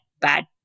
bad